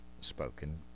spoken